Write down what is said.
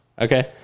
Okay